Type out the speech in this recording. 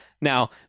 Now